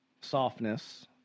softness